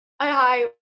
Hi